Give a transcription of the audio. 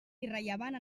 irrellevant